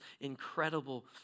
incredible